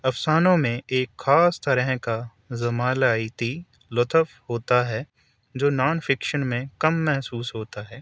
افسانوں میں ایک خاص طرح کا جمالیاتی لطف ہوتا ہے جو نان فکشن میں کم محسوس ہوتا ہے